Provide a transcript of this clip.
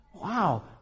Wow